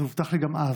זה הובטח לי גם אז,